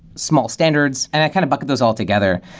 small standards. and i kind of bucket those altogether.